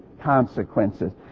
consequences